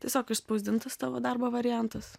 tiesiog išspausdintas tavo darbo variantas